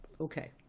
Okay